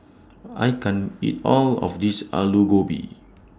I can't eat All of This Alu Gobi